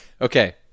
Okay